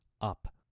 up